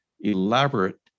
elaborate